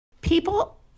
People